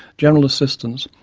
general assistance,